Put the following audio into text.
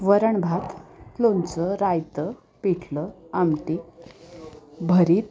वरणभात लोणचं रायतं पीठलं आमटी भरीत